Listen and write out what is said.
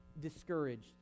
discouraged